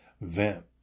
vent